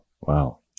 Wow